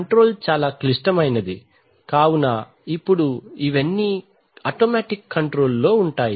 control చాలా క్లిష్టమైనది కావున ఇప్పుడు ఇవన్నీఆటోమేటిక్ కంట్రోల్ లో వుంటాయి